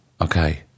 Okay